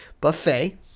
buffet